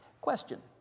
Question